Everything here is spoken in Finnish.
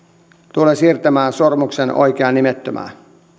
tulen siirtämään sormuksen oikeaan nimettömään